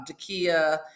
Dakia